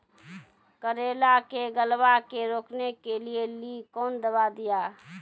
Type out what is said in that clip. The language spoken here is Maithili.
करेला के गलवा के रोकने के लिए ली कौन दवा दिया?